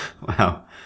Wow